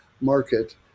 market